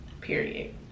period